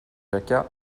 jacquat